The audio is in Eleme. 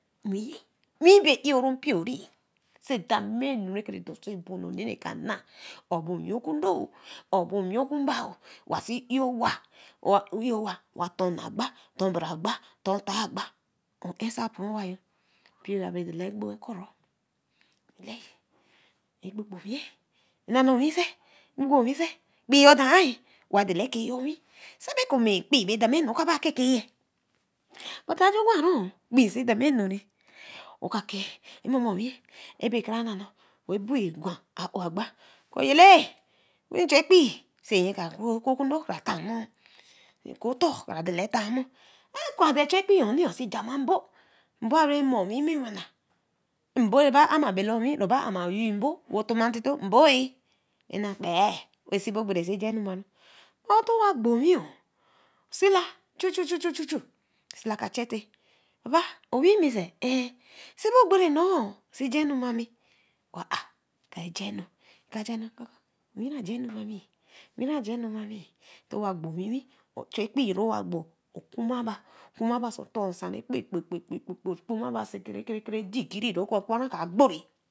Owon bey oro mpio. say damainu ra do so bo yen kara na obo wekundo eh. obo wekumba oo. wa see eyeh owa. owa eyeh owa. owa ten agba. ton bere agba. ton otar agba on ensa pro wayo. mpioyo aberai gbe koro. yellae. ekpopowie. na noo owin sey. kpii yo doan eh. kei yo owin. ra ko ekpee bae damanu. ro baba keke. but a ju baron oo. ekpee ra damainu oka kee. in momo owin ye a bey kra nonoo buen gwan aowo agba yellae. nchu ekpee sey nyen kra tan moo okun otor kara dana tan moor. a kwan sey e chu ekpee yon see jama mbo. mbo amore mor win win mona. mbo oba ama win mbo ra oka tama ntito. mbo ah. ana nkpei To wan gbo owinyo. chu chu chu osila ka chetay owee me sey. sero ogbere noor sey jar anu mami wah ah janu. owina ja nu mami. owina janu mami To wa gbo owin o chu ekpee ra gbo kuma ba so otor ra kpe abo sey degree ogbo